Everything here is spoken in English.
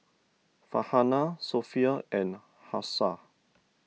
Farhanah Sofea and Hafsa